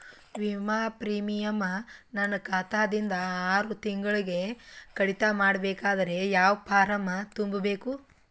ವಿಮಾ ಪ್ರೀಮಿಯಂ ನನ್ನ ಖಾತಾ ದಿಂದ ಆರು ತಿಂಗಳಗೆ ಕಡಿತ ಮಾಡಬೇಕಾದರೆ ಯಾವ ಫಾರಂ ತುಂಬಬೇಕು?